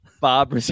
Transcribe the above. Bob